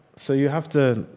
so you have to